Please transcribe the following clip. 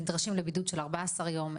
נדרשים לבידוד של 14 יום,